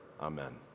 Amen